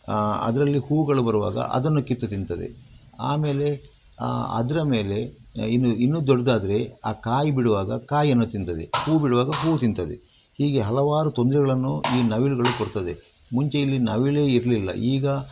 ಅದರಲ್ಲಿ ಹೂಗಳು ಬರುವಾಗ ಅದನ್ನು ಕಿತ್ತು ತಿಂತದೆ ಆಮೇಲೆ ಅದರ ಮೇಲೆ ಇನ್ನೂ ಇನ್ನೂ ದೊಡ್ಡದಾದ್ರೆ ಆ ಕಾಯಿ ಬಿಡುವಾಗ ಕಾಯಿಯನ್ನು ತಿಂತದೆ ಹೂ ಬಿಡುವಾಗ ಹೂ ತಿಂತದೆ ಹೀಗೆ ಹಲವಾರು ತೊಂದರೆಗಳನ್ನು ಈ ನವಿಲುಗಳು ಕೊಡ್ತದೆ ಮುಂಚೆ ಇಲ್ಲಿ ನವಿಲು ಇರಲಿಲ್ಲ ಈಗ